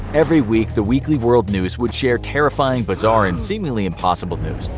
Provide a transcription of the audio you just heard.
every week, the weekly world news would share terrifying, bizarre, and seemingly impossible news.